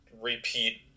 repeat